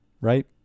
right